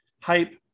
hype